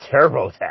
TurboTax